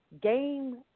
game